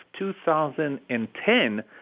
2010